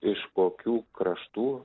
iš kokių kraštų